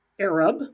Arab